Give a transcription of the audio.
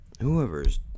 whoever's